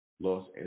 Los